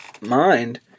mind